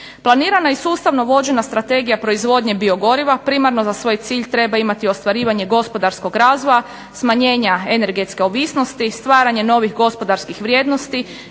Planirana i sustavno vođena strategija proizvodnje biogoriva primarno za svoj cilj treba imati ostvarivanje gospodarskog razvoja, smanjenja energetske ovisnosti, stvaranje novih gospodarskih vrijednosti